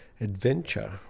adventure